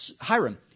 Hiram